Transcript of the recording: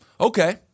Okay